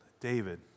David